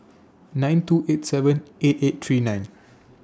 nine two eight seven eight eight three nine